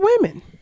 women